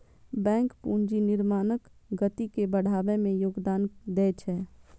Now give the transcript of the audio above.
bank पूंजी निर्माणक गति के बढ़बै मे योगदान दै छै